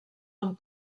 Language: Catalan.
amb